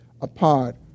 apart